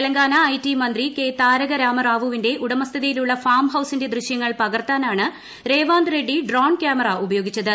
Telangana I T മന്ത്രി K Taraka രാമറാവുവിന്റെ ഉടമസ്ഥതയിലുള്ള ഫാം ഹൌസിന്റെ ദൃശ്യങ്ങൾ പകർത്താനാണ് രേവാന്ത് റെഡ്ഡി ഡ്രോൺ ക്യാമറ ഉപയോഗിച്ചത്